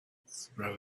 throw